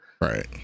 Right